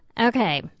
Okay